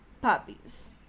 puppies